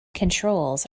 controls